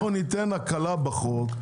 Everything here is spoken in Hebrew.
ניתן הקלה בחוק.